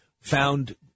found